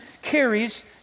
carries